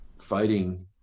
fighting